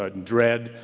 ah dread,